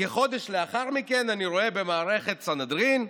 כחודש לאחר מכן אני רואה במערכת סנהדרין,